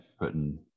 putting